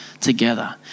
together